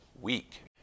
week